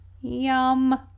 Yum